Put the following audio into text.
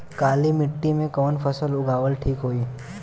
काली मिट्टी में कवन फसल उगावल ठीक होई?